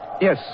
Yes